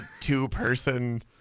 two-person